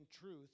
truth